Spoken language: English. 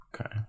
okay